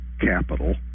capital